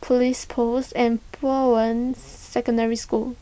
Police Post and Bowen Secondary School